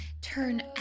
turn